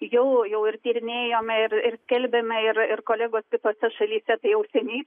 jau jau ir tyrinėjome ir ir skelbėme ir kolegos kitose šalyse tai jau seniai